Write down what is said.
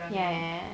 ya ya ya